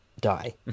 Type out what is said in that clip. die